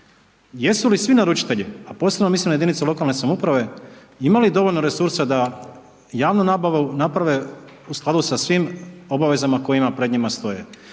jesu li svi naručitelji, a posebno mislim na jedinice lokalne samouprave imali dovoljno resursa da javnu nabavu naprave u skladu sa svim obavezama koje pred njima stoje,